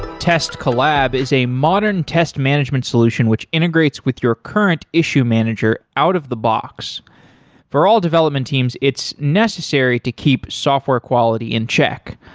test collab is a modern test management solution which integrates with your current issue manager out-of-the-box. for all development teams, it's necessary to keep software quality in check,